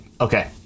Okay